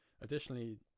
Additionally